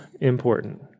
important